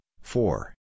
four